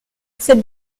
cette